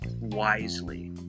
wisely